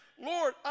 Lord